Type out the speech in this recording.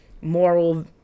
moral